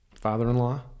father-in-law